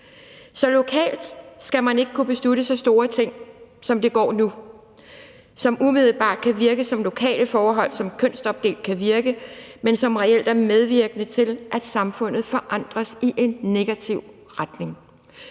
man lokalt ikke kunne beslutte så store ting, som umiddelbart kan virke som lokale forhold, som kønsopdeling kan virke som, men som reelt er medvirkende til, at samfundet forandres i en negativ retning.